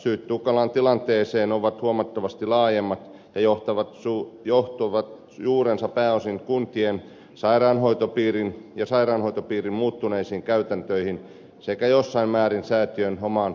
syyt tukalaan tilanteeseen ovat huomattavasti laajemmat ja johtavat juurensa pääosin kuntien ja sairaanhoitopiirien muuttuneisiin käytäntöihin sekä jossain määrin säätiön omaan päätöksentekoonkin